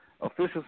Officials